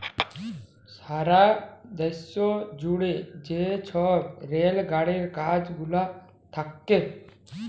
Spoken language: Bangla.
সারা দ্যাশ জুইড়ে যে ছব রেল গাড়ির কাজ গুলা থ্যাকে